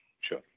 sure